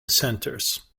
centers